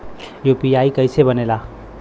UPI कईसे बनेला?